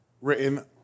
written